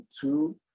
two